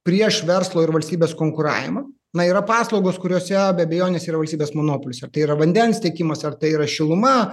prieš verslo ir valstybės konkuravimą na yra paslaugos kurios yra be abejonės yra valstybės monopolis ar tai yra vandens tiekimas ar tai yra šiluma